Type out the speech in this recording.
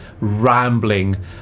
rambling